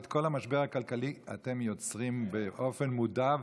את כל המשבר הכלכלי אתם יוצרים באופן מודע,